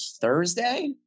Thursday